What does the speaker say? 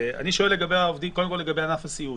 אני שואל קודם כול לגבי ענף הסיעוד.